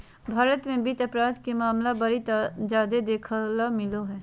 भारत मे वित्त अपराध के मामला बड़ी जादे देखे ले मिलो हय